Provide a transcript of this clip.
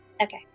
Okay